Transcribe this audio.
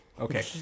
Okay